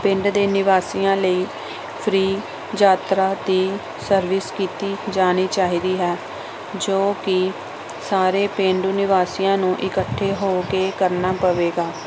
ਪਿੰਡ ਦੇ ਨਿਵਾਸੀਆਂ ਲਈ ਫ੍ਰੀ ਯਾਤਰਾ ਦੀ ਸਰਵਿਸ ਕੀਤੀ ਜਾਣੀ ਚਾਹੀਦੀ ਹੈ ਜੋ ਕਿ ਸਾਰੇ ਪਿੰਡ ਨਿਵਾਸੀਆਂ ਨੂੰ ਇਕੱਠੇ ਹੋ ਕੇ ਕਰਨਾ ਪਵੇਗਾ